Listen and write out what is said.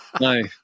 No